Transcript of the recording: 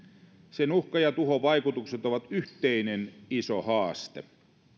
sen uhka ja tuhovaikutukset ovat yhteinen iso haaste